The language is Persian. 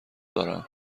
دارم